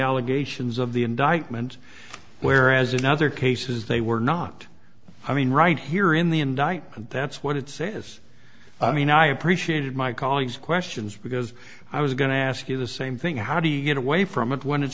allegations of the indictment whereas in other cases they were not i mean right here in the indictment that's what it says i mean i appreciated my colleagues questions because i was going to ask you the same thing how do you get away from it when it's